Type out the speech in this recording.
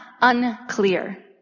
unclear